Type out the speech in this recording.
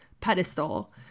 pedestal